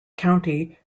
county